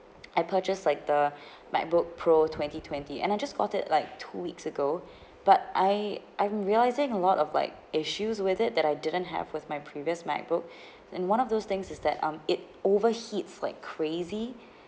I purchase like the macbook pro twenty twenty and I just got it like two weeks ago but I I'm realising a lot of like issues with it that I didn't have with my previous macbook and one of those things is that um it overheats like crazy